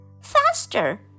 Faster